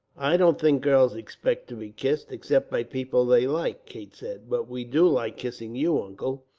i don't think girls expect to be kissed, except by people they like, kate said but we do like kissing you, uncle,